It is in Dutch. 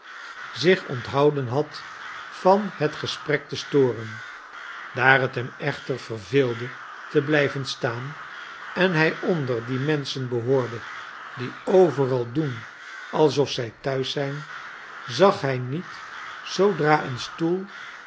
zich onthouden had van het gesprek te storen daar het hem echter verveelde te blijven staan en hij onder die menschen behoorde die overal doen alsof zij thuis zijn zag hij niet zoodra een stoel